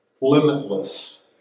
Limitless